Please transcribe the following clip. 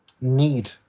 need